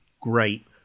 great